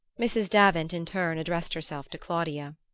mrs. davant in turn addressed herself to claudia.